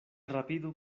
rapidu